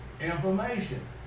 information